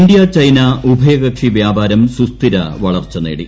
India China ഉഭയക്കിക്ഷി വൃാപാരം സുസ്ഥിര വളർച്ച നേടി